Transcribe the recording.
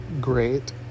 great